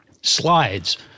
Slides